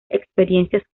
experiencias